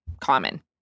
common